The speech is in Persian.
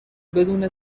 بدون